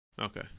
Okay